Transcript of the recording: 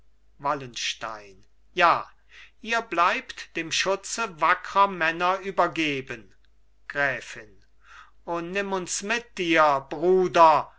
wallenstein ja ihr bleibt dem schutze wackrer männer übergeben gräfin o nimm uns mit dir bruder